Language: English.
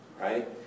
right